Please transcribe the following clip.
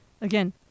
Again